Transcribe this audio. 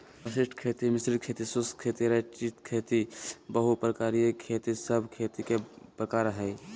वशिष्ट खेती, मिश्रित खेती, शुष्क खेती, रैचिंग खेती, बहु प्रकारिय खेती सब खेती के प्रकार हय